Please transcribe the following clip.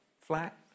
Flat